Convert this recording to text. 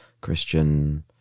Christian